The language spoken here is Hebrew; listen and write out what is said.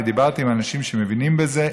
אני דיברתי עם אנשים שמבינים בזה,